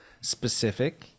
Specific